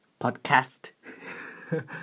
Podcast